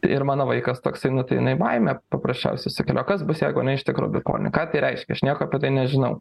ir mano vaikas toksai nu tai jinai baimę paprasčiausiai sukelia o kas bus jeigu jinai iš tikro bipolinį ką tai reiškia aš nieko apie tai nežinau